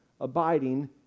abiding